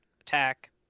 attack